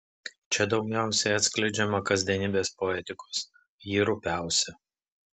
čia daugiausiai atskleidžiama kasdienybės poetikos ji rupiausia